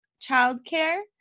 Childcare